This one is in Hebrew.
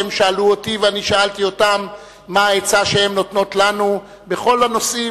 הן שאלו אותי ואני שאלתי אותן מה העצה שהן נותנות לנו בכל הנושאים,